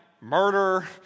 murder